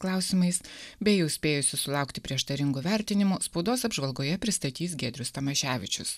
klausimais bei jau spėjusius sulaukti prieštaringų vertinimų spaudos apžvalgoje pristatys giedrius tamaševičius